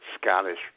Scottish